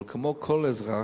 אבל כמו כל אזרח,